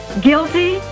guilty